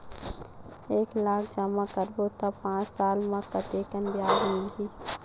एक लाख जमा करबो त पांच साल म कतेकन ब्याज मिलही?